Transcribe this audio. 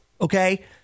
Okay